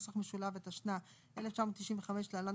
התשנ"ה 1995 (להלן,